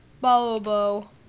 Bobo